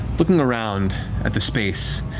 looking around at the space,